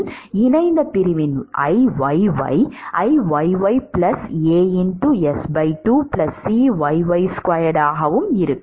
மற்றும் இணைந்த பிரிவின் Iyy Iyy A S2 Cyy2 ஆகவும் இருக்கும்